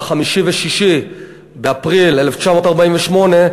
ב-5 וב-6 באפריל 1948,